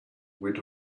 went